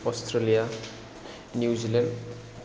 Australia New Zealand